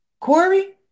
Corey